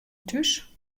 thús